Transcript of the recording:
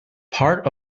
part